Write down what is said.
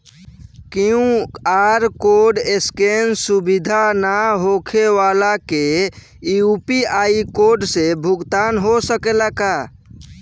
QR code scan सुविधा ना होखे वाला के यू.पी.आई कोड से भुगतान हो सकेला का?